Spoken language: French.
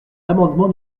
l’amendement